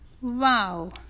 Wow